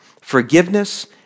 forgiveness